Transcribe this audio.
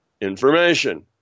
information